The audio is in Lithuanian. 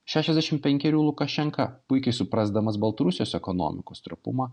šešiasdešimt penkerių lukašenka puikiai suprasdamas baltarusijos ekonomikos trapumą